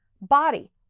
body